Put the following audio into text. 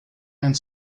and